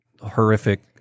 horrific